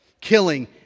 killing